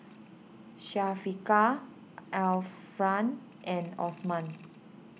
Syafiqah Alfian and Osman